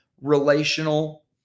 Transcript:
relational